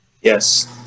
Yes